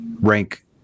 rank